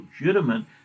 legitimate